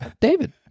David